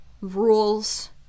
rules